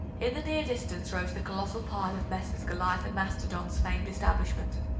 in the near distance rose the colossal pile of messrs. goliath and mastodon's famed establishment.